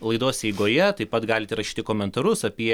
laidos eigoje taip pat galite rašyti komentarus apie